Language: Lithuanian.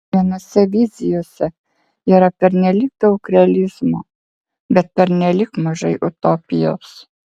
vienose vizijose yra pernelyg daug realizmo bet pernelyg mažai utopijos